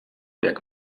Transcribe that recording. jak